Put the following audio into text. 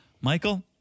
Michael